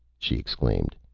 she exclaimed,